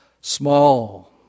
small